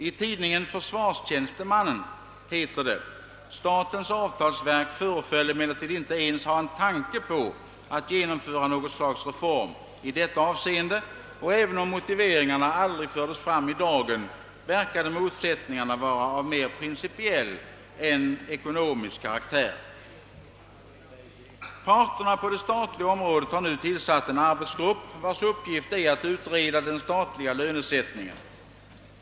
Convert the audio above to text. I tidningen Försvarstjänstemannen heter det: »Statens avtalsverk föreföll emellertid inte ens ha en tanke på att genomföra något slags reform i detta avseende, och även om motiveringarna aldrig fördes fram i dagen verkade motsättningarna vara av mer principiell än ekonomisk karaktär.» Parterna på det statliga området har tillsatt en arbetsgrupp vars uppgift är att utreda den statliga lönesättningen.